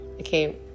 Okay